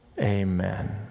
Amen